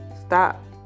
stop